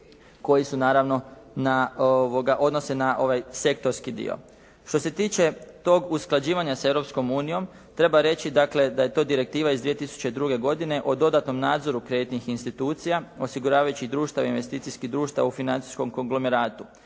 koji se naravno odnose na ovaj sektorski dio. Što se tiče tog usklađivanja s Europskom unijom, treba reći dakle da je to direktiva iz 2002. godine o dodatnom nadzoru kreditnih institucija, osiguravajućih društava i investicijskih društava u financijskom konglomeratu.